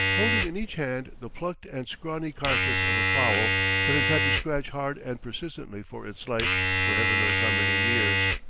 holding in each hand the plucked and scrawny carcass of a fowl that has had to scratch hard and persistently for its life for heaven knows how many years.